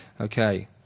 Okay